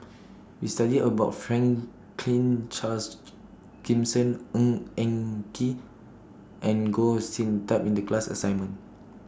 We studied about Franklin Charles Gimson Ng Eng Kee and Goh Sin Tub in The class assignment